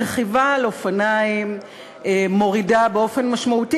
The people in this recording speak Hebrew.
רכיבה על אופניים מורידה באופן משמעותי,